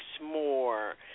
more